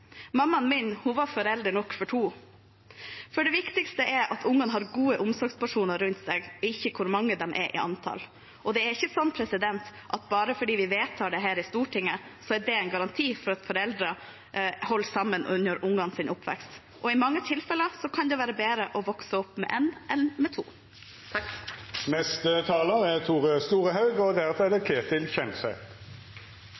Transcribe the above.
Mammaen min var forelder nok for to. Det viktigste er at ungene har gode omsorgspersoner rundt seg, ikke hvor mange de er i antall. Og det er ikke sånn at bare fordi vi vedtar det her i Stortinget, er det en garanti for at foreldrene holder sammen under ungenes oppvekst. I mange tilfeller kan det være bedre å vokse opp med én enn med to. Reinhaldspersonalet på Stortinget får dette til å verke som ein pitstop i eit Formel 1-løp, og det er